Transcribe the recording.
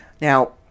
Now